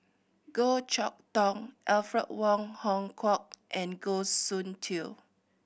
Goh Chok Tong Alfred Wong Hong Kwok and Goh Soon Tioe